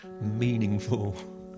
meaningful